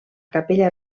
capella